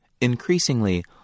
Increasingly